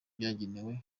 byagenewe